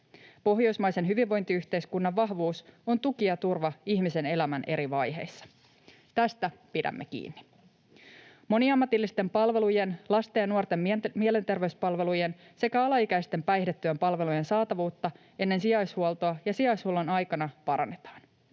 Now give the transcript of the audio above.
Pohjoismaisen hyvinvointiyhteiskunnan vahvuus on tuki ja turva ihmisen elämän eri vaiheissa. Tästä pidämme kiinni. Moniammatillisten palvelujen, lasten ja nuorten mielenterveyspalvelujen sekä alaikäisten päihdetyön palvelujen saatavuutta ennen sijaishuoltoa ja sijaishuollon aikana parannetaan.